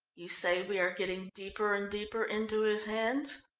you say we are getting deeper and deeper into his hands?